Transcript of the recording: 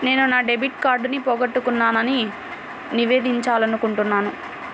నేను నా డెబిట్ కార్డ్ని పోగొట్టుకున్నాని నివేదించాలనుకుంటున్నాను